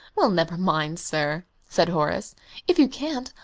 well, never mind, sir, said horace if you can't,